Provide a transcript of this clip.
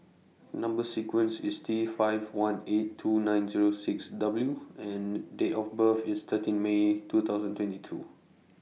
Number sequence IS T five one eight two nine Zero six W and Date of birth IS thirteen May two thousand twenty two